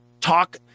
talk